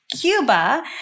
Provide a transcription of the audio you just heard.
Cuba